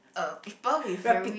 uh people with very